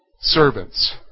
servants